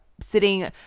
Sitting